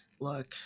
look